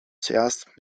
zuerst